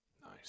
Nice